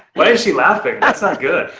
like she laughing? that's not good.